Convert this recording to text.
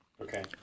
Okay